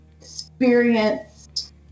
experienced